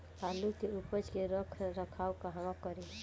आलू के उपज के रख रखाव कहवा करी?